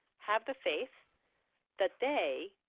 have the faith that they